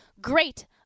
Great